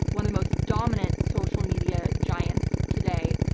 one of the most dominant social media giants today.